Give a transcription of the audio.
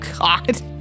God